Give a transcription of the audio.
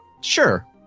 Sure